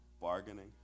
bargaining